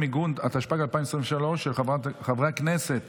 התשפ"ג 2023, של חברת הכנסת